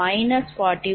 1586X0